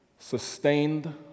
Sustained